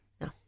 No